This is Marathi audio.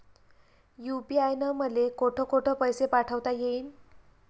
यू.पी.आय न मले कोठ कोठ पैसे पाठवता येईन?